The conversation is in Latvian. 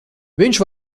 viņš